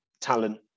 talent